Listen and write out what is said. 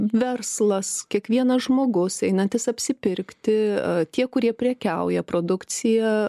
verslas kiekvienas žmogus einantis apsipirkti a tie kurie prekiauja produkcija